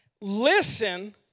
Listen